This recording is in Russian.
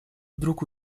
вдруг